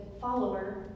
follower